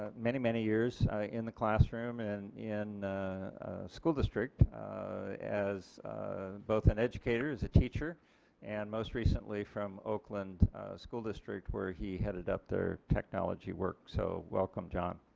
ah many many years in the classroom and school school district as both an educator as a teacher and most recently from oakland school district where he headed up their technology work so welcome john.